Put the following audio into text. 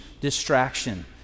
distraction